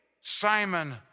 Simon